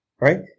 right